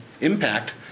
impact